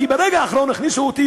ברגע האחרון הכניסו אותי,